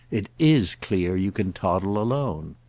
it is clear you can toddle alone!